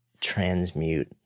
transmute